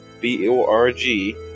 B-O-R-G